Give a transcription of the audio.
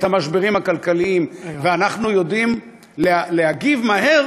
המשברים הכלכליים ואנחנו יודעים להגיב מהר